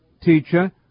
teacher